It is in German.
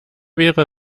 wäre